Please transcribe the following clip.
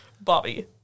Bobby